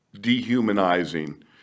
dehumanizing